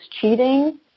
cheating